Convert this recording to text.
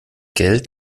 geld